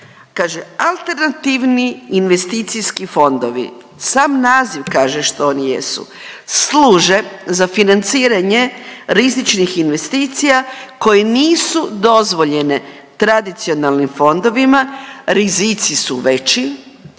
alternativni investicijski fondovi, sam naziv kaže što oni jesu, služe za financiranje rizičnih investicija koji nisu dozvoljene tradicionalnim fondovima, rizici su veći,